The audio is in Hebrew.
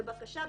בבקשה,